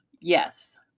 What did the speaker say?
Yes